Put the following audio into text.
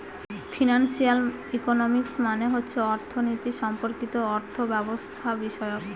financial economics মানে হচ্ছে অর্থনীতি সম্পর্কিত অর্থব্যবস্থাবিষয়ক